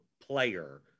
player